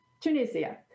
Tunisia